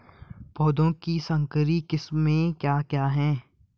पौधों की संकर किस्में क्या क्या हैं?